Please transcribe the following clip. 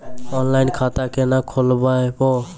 Online खाता केना खोलभैबै?